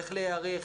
איך להיערך.